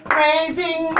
Praising